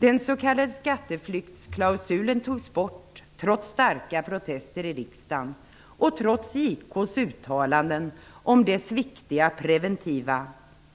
Den s.k. skatteflyktsklausulen togs bort trots starka protester i riksdagen och trots JK:s uttalanden om dess viktiga preventiva